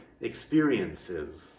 experiences